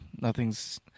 Nothing's